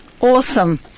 Awesome